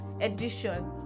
edition